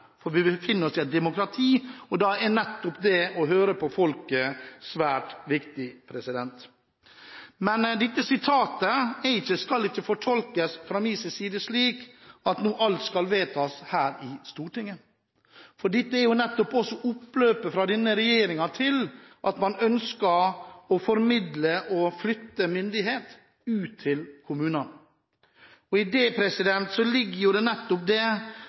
for vi befinner oss i et demokrati, og da er nettopp det å høre på folket svært viktig. Men dette sitatet skal ikke tolkes slik fra min side at alt nå skal vedtas her i Stortinget, for dette er jo også denne regjeringens oppløp til at man ønsker å formidle og flytte myndighet ut til kommunene. I dette ligger det nettopp at man ønsker å komme fram til en ny kommunereform. Da er det